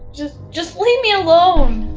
just just leave me alone!